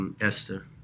Esther